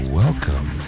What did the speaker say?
welcome